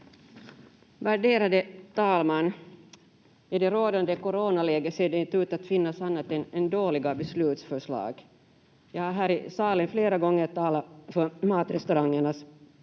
Värderade talman! I det rådande coronaläget ser det inte ut att finnas annat än dåliga beslutsförslag. Jag har här i salen flera gånger talat för matrestaurangernas